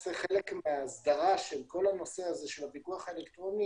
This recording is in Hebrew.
למעשה חלק מההסדרה של הנושא של הפיקוח האלקטרוני,